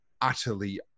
utterly